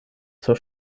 zur